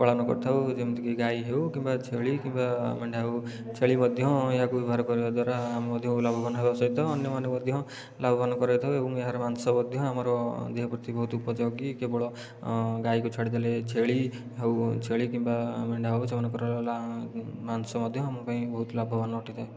ପାଳନ କରିଥାଉ ଯେମିତିକି ଗାଈ ହେଉ କିମ୍ବା ଛେଳି କିମ୍ବା ମେଣ୍ଢା ହେଉ ଛେଳି ମଧ୍ୟ ଏହାକୁ ବ୍ୟବହାର କରିବା ଦ୍ଵାରା ମଧ୍ୟ ଲାଭବାନ ହେବା ସହିତ ଅନ୍ୟମାନେ ମଧ୍ୟ ଲାଭବାନ କରାଇଥାଉ ଏବଂ ଏହାର ମାଂସ ମଧ୍ୟ ଆମର ଦେହ ପ୍ରତି ବହୁତ ଉପଯୋଗୀ କେବଳ ଗାଈକୁ ଛାଡ଼ିଦେଲେ ଛେଳି ଆଉ ଛେଳି କିମ୍ବା ମେଣ୍ଢା ହେଉ ସେମାନଙ୍କର ମାଂସ ମଧ୍ୟ ଆମ ପାଇଁ ବହୁତ ଲାଭବାନ ଅଟେ ଥାଏ